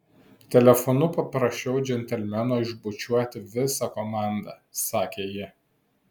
telefonu paprašiau džentelmeno išbučiuoti visą komandą sakė ji